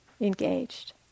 engaged